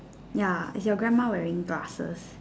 ya is your grandma wearing glasses